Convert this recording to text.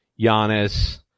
Giannis